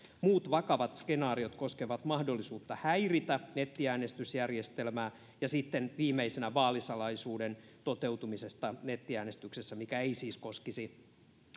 muut vakavat skenaariot koskevat mahdollisuutta häiritä nettiäänestysjärjestelmää ja sitten viimeisenä vaalisalaisuuden toteutumista nettiäänestyksessä mikä ei siis koskisi